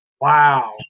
wow